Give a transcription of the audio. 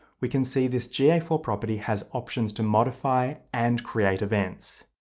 we can see this g a four property has options to modify and create events.